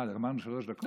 מה זה, גמרנו שלוש דקות?